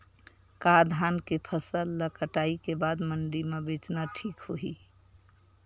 का धान के फसल ल कटाई के बाद मंडी म बेचना ठीक होही?